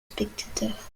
spectateurs